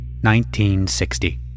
1960